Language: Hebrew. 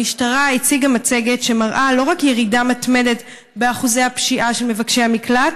המשטרה הציגה מצגת שמראה לא רק ירידה מתמדת באחוזי הפשיעה של מבקשי המקלט